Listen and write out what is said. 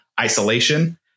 isolation